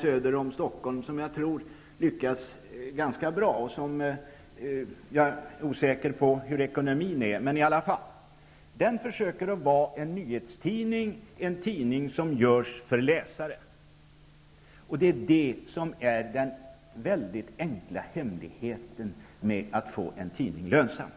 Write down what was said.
söder om Stockholm som jag tror lyckas ganska bra, men jag är osäker på hur dess ekonomi är. Den försöker vara en nyhetstidning, en tidning som görs för läsare. Det är det som är den väldigt enkla hemligheten med att få en tidning lönsam.